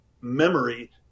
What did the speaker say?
memory